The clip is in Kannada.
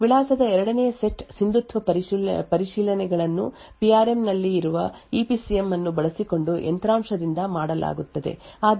ವಿಳಾಸದ ಎರಡನೇ ಸೆಟ್ ಸಿಂಧುತ್ವ ಪರಿಶೀಲನೆಗಳನ್ನು ಪಿ ಆರ್ ಎಂ ನಲ್ಲಿ ಇರುವ ಇ ಪಿ ಸಿ ಎಂ ಅನ್ನು ಬಳಸಿಕೊಂಡು ಯಂತ್ರಾಂಶದಿಂದ ಮಾಡಲಾಗುತ್ತದೆ